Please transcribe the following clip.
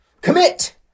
Commit